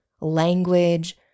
language